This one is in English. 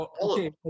Okay